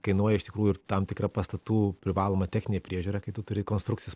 kainuoja iš tikrųjų ir tam tikra pastatų privaloma techninė priežiūra kai tu turi konstrukcijas